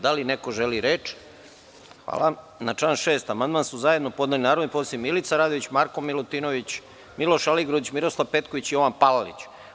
Da li neko želi reč? (Ne.) Na član 6. amandman su zajedno podneli narodni poslanici Milica Radović, Marko Milutinović, Miloš Aligrudić, Miroslav Petković, Jovan Palalić.